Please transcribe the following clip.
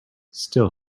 still